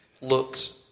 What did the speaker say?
looks